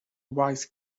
wise